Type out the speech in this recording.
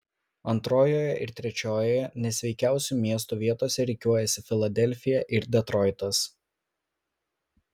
antrojoje ir trečiojoje nesveikiausių miestų vietose rikiuojasi filadelfija ir detroitas